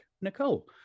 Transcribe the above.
nicole